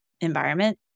environment